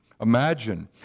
imagine